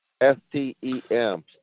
S-T-E-M